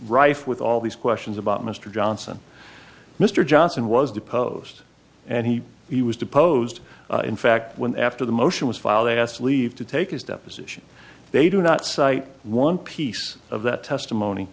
rife with all these questions about mr johnson mr johnson was deposed and he he was deposed in fact when after the motion was filed they asked leave to take his deposition they do not cite one piece of that testimony